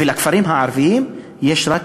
ולכפרים הערביים יש רק,